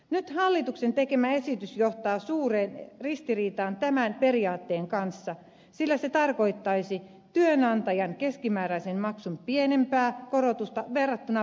nyt hallituksen tekemä esitys johtaa suuren ristiriitaan tämän periaatteen kanssa sillä se tarkoittaisi työnantajan keskimääräisen maksun pienempää korotusta verrattuna palkansaajan maksuun